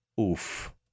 oof